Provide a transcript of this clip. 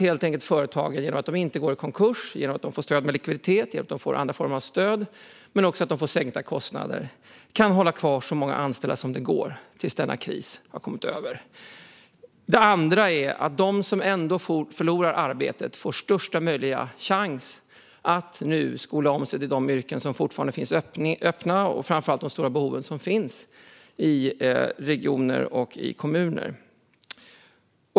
Genom att företagen inte går i konkurs, genom att de får stöd med likviditet och andra former av stöd och genom att de får sänkta kostnader kan de hålla kvar så många anställda som möjligt tills krisen är över. Det andra är att de som ändå förlorar arbetet nu får största möjliga chans att nu skola om sig till de yrken som nu finns öppna och där det finns stora behov i regioner och kommuner.